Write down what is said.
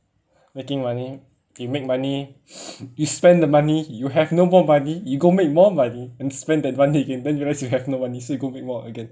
making money you make money you spend the money you have no more money you go make more money and spend that money again and then once you have no money so you make more again